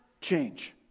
change